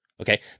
okay